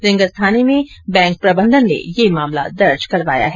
रींगस थाने में बैंक प्रबंधन ने मामला दर्ज कराया है